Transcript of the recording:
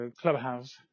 clubhouse